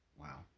Wow